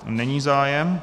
Není zájem.